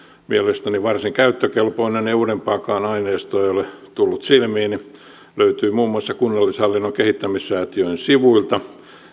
mielestäni varsin käyttökelpoinen ja uudempaakaan aineistoa ei ole tullut silmiini se löytyy muun muassa kunnallisalan kehittämissäätiön sivuilta